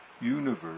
universe